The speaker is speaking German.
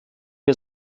wir